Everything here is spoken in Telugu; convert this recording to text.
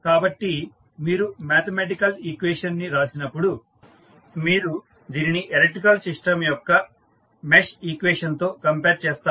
కాబట్టి మీరు మ్యాథమెటికల్ ఈక్వేషన్ ని రాసినప్పుడు మీరు దీనిని ఎలక్ట్రికల్ సిస్టం యొక్క మెష్ ఈక్వేషన్ తో కంపేర్ చేస్తారు